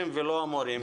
המורים.